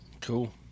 cool